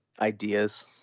ideas